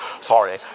Sorry